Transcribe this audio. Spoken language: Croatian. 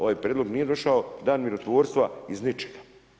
Ovaj prijedlog nije došao, dan mirotvorstva iz ničega.